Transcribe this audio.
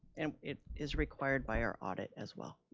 and it is required by our audit as well.